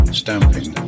stamping